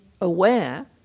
aware